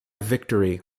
victory